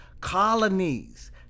colonies